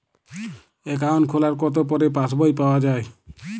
Account খোলার কতো পরে পাস বই পাওয়া য়ায়?